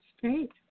Great